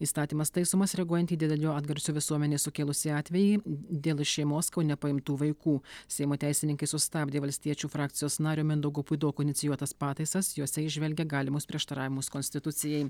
įstatymas taisomas reaguojant į didelio atgarsio visuomenėj sukėlusį atvejį dėl iš šeimos kaune paimtų vaikų seimo teisininkai sustabdė valstiečių frakcijos nario mindaugo puidoko inicijuotas pataisas jose įžvelgia galimus prieštaravimus konstitucijai